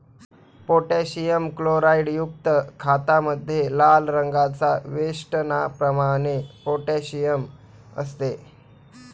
potassium क्लोराईडयुक्त खतामध्ये लाल रंगाच्या वेष्टनाप्रमाणे पोटॅशियम असते